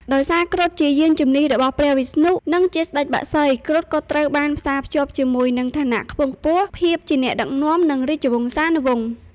ដោយសារគ្រុឌជាយានជំនិះរបស់ព្រះវិស្ណុ និងជាស្តេចបក្សី គ្រុឌក៏ត្រូវបានផ្សារភ្ជាប់ជាមួយនឹង ឋានៈខ្ពង់ខ្ពស់ ភាពជាអ្នកដឹកនាំ និង រាជវង្សានុវង្ស។